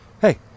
hey